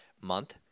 month